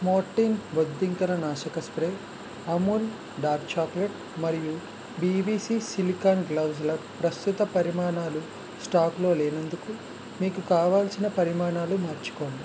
Mortein బొద్దింకల నాశక spray Amul dark chocolate మరియు బీవీసీ సిలికాన్ గ్లవుజులు ప్రస్తుత పరిమాణాలు స్టాకులో లేనందుకు మీకు కావలసిన పరిమాణాలు మార్చుకోండి